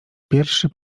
pierwszy